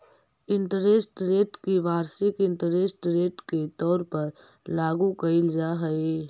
interest rate के वार्षिक interest rate के तौर पर लागू कईल जा हई